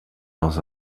dans